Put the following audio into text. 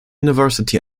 university